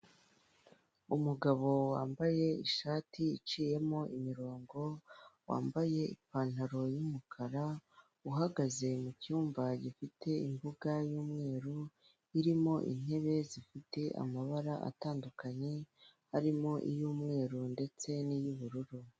Umugabo wambaye ishati iciyemo imirongo, wambaye ipantaro y'umukara, uhagaze mu cyumba gifite imbuga y'umweru irimo intebe zifite amabara atandukanye, harimo iy'umweru ndetse n'ubururu.